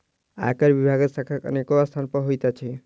आयकर विभागक शाखा अनेको स्थान पर होइत अछि